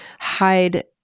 hide